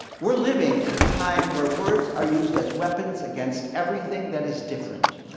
we're living in a time where words are used as weapons against everything that is different.